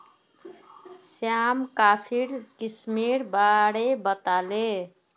श्याम कॉफीर किस्मेर बारे बताले